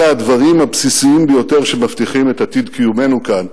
אלה הדברים הבסיסיים ביותר שמבטיחים את עתיד קיומנו כאן,